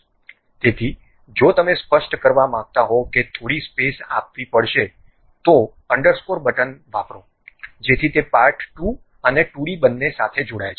તેથી જો તમે સ્પષ્ટ કરવા માંગતા હો કે થોડી સ્પેસ આપવી પડશે તો અંડરસ્કોર બટન વાપરો જેથી તે પાર્ટ 2 અને 2 ડી બંને સાથે જોડાય